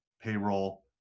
payroll